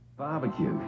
barbecue